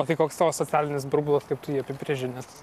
o tai koks tavo socialinis burbulas kaip tu jį apibrėži nes